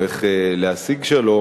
או איך להשיג שלום,